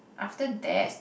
after that